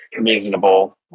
reasonable